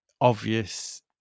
obvious